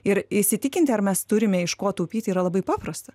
ir įsitikinti ar mes turime iš ko taupyti yra labai paprasta